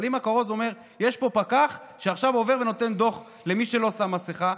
אבל אם הכרוז אומר: יש פה פקח שעכשיו עובר ונותן דוח למי שלא שם מסכה,